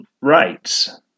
rights